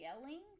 yelling